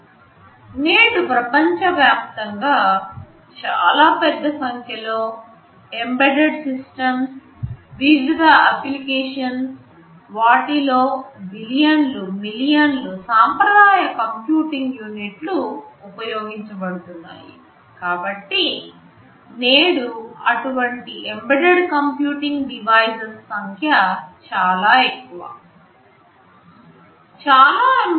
నేడు ప్రపంచవ్యాప్తంగా చాలా పెద్ద సంఖ్యలో ఎంబెడెడ్ సిస్టమ్స్ వివిధ అప్లికేషన్స్ వాటిలో బిలియన్లు మిలియన్లు సాంప్రదాయ కంప్యూటింగ్ యూనిట్లు ఉపయోగించబడుతున్నాయి కాబట్టి అటువంటి ఎంబెడెడ్ కంప్యూటింగ్ పరికరాల సంఖ్య నేడు సాంప్రదాయ కంప్యూటింగ్ పరికరాల సంఖ్యను మించిపోయింది